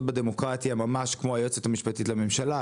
בדמוקרטיה ממש כמו היועצת המשפטית לממשלה,